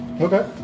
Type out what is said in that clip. Okay